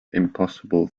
impossible